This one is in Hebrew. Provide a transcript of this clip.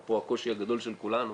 פה הקושי הגדול של כולנו